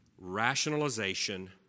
rationalization